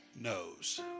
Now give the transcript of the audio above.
knows